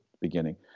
beginning